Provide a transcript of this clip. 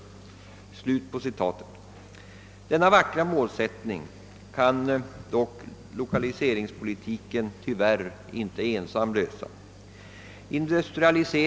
Denna vackra målsättning kan lokaliseringspolitiken dock tyvärr inte ensam förverkliga.